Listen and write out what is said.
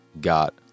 got